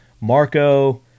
Marco